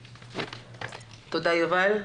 תודה, יובל.